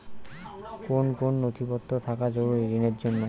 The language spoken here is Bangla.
কোন কোন নথিপত্র থাকা জরুরি ঋণের জন্য?